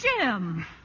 Jim